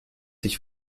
sich